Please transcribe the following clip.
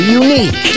unique